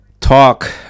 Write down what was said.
talk